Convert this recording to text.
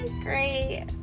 Great